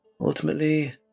Ultimately